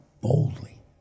boldly